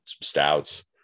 stouts